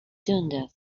dundas